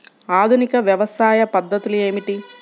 ఆధునిక వ్యవసాయ పద్ధతులు ఏమిటి?